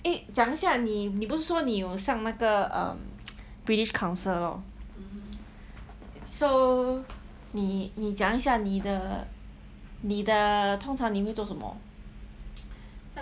eh 讲一下你你不说你有上那个 british council lor so 你讲一下你的你通常你会做什么